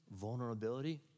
vulnerability